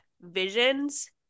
visions